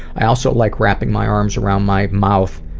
i also like wrapping my arms around my mouth